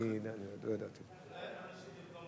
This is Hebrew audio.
אולי נשיב במקום